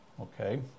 okay